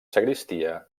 sagristia